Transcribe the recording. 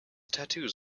tattoos